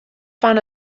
fan